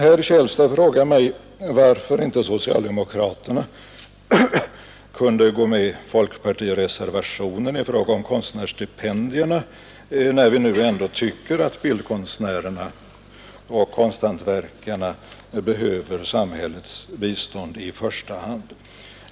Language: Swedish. Herr Källstad frågade mig också varför inte socialdemokraterna kunde gå med folkpartireservationen när det gällde konstnärsstipendierna, när vi nu ändå tycker att bildkonstnärerna och konsthantverkarna behöver samhällets bistånd i första hand.